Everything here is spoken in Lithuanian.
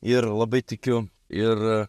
ir labai tikiu ir